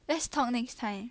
let's talk next time